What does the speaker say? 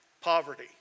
poverty